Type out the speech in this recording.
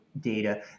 data